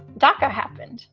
doca happened